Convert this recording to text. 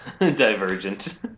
divergent